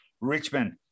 Richmond